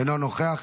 אינו נוכח,